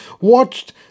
watched